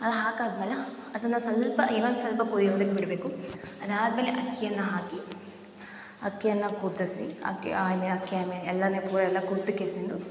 ಅದು ಹಾಕಿದ್ಮೇಲ ಅದನ್ನು ಸ್ವಲ್ಪ ಇನ್ನೊಂದು ಸ್ವಲ್ಪ ಕುದಿಯೋದಕ್ಕೇ ಬಿಡಬೇಕು ಅದಾದಮೇಲೆ ಅಕ್ಕಿಯನ್ನು ಹಾಕಿ ಅಕ್ಕಿಯನ್ನು ಕುದಿಸಿ ಅಕ್ಕಿ ಐಮೇ ಅಕ್ಯಾಮೆ ಎಲ್ಲನೇ ಪೂರ ಎಲ್ಲ ಕುದಿ ಕೆಸೆನ್